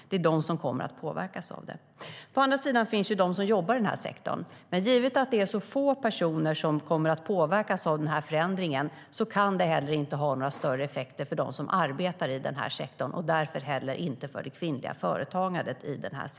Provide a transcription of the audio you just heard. Det är de som kommer att påverkas av det.Å andra sidan finns de som jobbar i sektorn. Men givet att det är så få personer som kommer att påverkas av förändringen kan det inte heller ha några större effekter för dem som arbetar i sektorn och därför inte heller för det kvinnliga företagandet i sektorn.